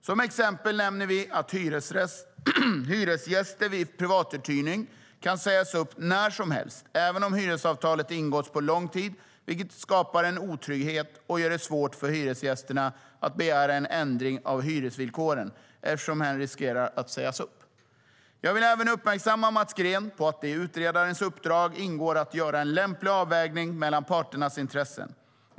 Som exempel nämner vi att hyresgäster vid privatuthyrning kan sägas upp när som helst, även om hyresavtalet har ingåtts på lång tid, vilket skapar en otrygghet och gör det svårt för en hyresgäst att begära ändring av hyresvillkoren, eftersom hen riskerar att sägas upp. Jag vill även uppmärksamma Mats Green på att det i utredarens uppdrag ingår att göra en lämplig avvägning mellan parternas intressen.